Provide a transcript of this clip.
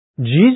Jesus